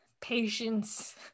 Patience